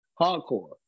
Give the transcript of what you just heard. hardcore